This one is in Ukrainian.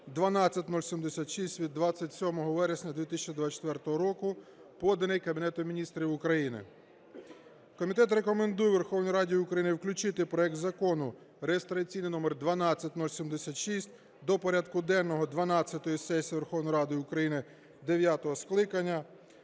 12076 від 27 вересня 2024 року), поданий Кабінетом Міністрів України. Комітет рекомендує Верховній Раді України включити проект Закону реєстраційний номер 12076 до порядку денного дванадцятої сесії Верховної Ради України дев'ятого скликання